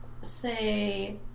say